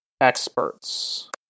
experts